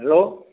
hello